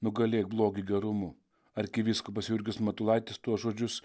nugalėk blogį gerumu arkivyskupas jurgis matulaitis tuos žodžius